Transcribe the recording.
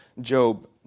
Job